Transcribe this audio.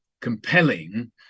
compelling